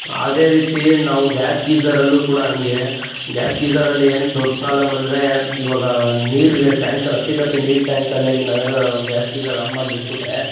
ಅದೇ ರೀತಿ ನಾವು ಗ್ಯಾಸ್ ಗೀಝರಲ್ಲು ಕೂಡ ಹಂಗೆ ಗ್ಯಾಸ್ ಗೀಝರಲ್ಲಿ ಏನು ದೊಡ್ಡ ಪ್ರಾಬ್ಲಮ್ ಅಂದರೆ ಈವಾಗ ನೀರಿಗೆ ಟ್ಯಾಂಕರ್ ಅಪ್ಪಿ ತಪ್ಪಿ ನೀರು ಟ್ಯಾಂಕ್ ಖಾಲಿ ಆಗಿ ನಾವೇನಾನ ಗ್ಯಾಸ್ ಗೀಝರ್ ಆನ್ ಮಾಡಿ ಬಿಟ್ಬಿಟ್ರೆ